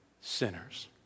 sinners